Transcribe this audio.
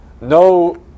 no